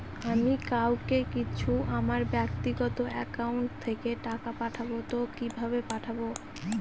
আমি কাউকে কিছু আমার ব্যাক্তিগত একাউন্ট থেকে টাকা পাঠাবো তো কিভাবে পাঠাবো?